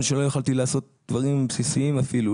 שלא יכולתי לעשות דברים בסיסיים אפילו,